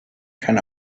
kann